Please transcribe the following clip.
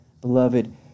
Beloved